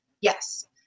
Yes